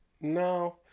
No